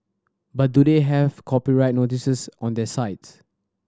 but do they have copyright notices on their sites